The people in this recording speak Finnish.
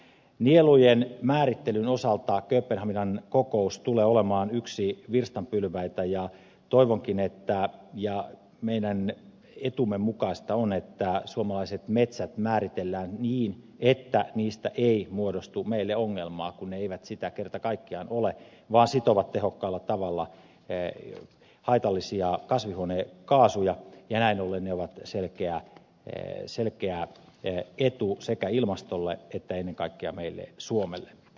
nielujen määrittelyn osalta kööpenhaminan kokous tulee olemaan yksi virstanpylväitä ja toivonkin ja meidän etumme mukaista on että suomalaiset metsät määritellään niin että niistä ei muodostu meille ongelmaa kun ne eivät sitä kerta kaikkiaan ole vaan sitovat tehokkaalla tavalla haitallisia kasvihuonekaasuja ja näin ollen ne ovat selkeä etu sekä ilmastolle että ennen kaikkea meille suomelle